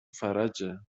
فرجه